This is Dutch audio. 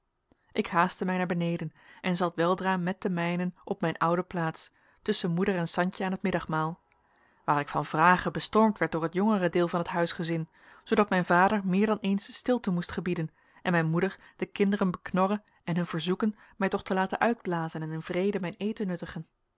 ik haastte mij naar beneden en zat weldra met de mijnen op mijn oude plaats tusschen moeder en santje aan het middagmaal waar ik van vragen bestormd werd door het jongere deel van het huisgezin zoodat mijn vader meer dan eens stilte moest gebieden en mijn moeder de kinderen beknorren en hun verzoeken mij toch te laten uitblazen en in vrede mijn eten nuttigen